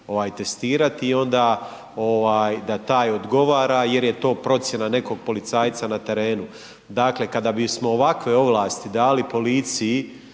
testirati i onda da taj odgovara jer je to procjena nekog policajca na terenu. Dakle kada bismo ovakve ovlasti dali policiji